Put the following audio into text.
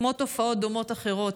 כמו תופעות דומות אחרות,